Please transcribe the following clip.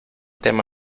tema